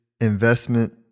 investment